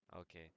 Okay